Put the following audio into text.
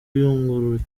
uyunguruye